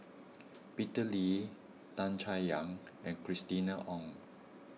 Peter Lee Tan Chay Yan and Christina Ong